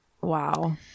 wow